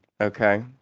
okay